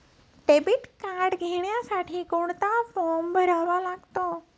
Debit card घेण्यासाठी कोणता form भरावा लागतो?